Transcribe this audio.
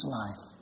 life